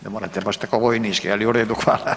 Ne morate baš po vojnički, ali u redu.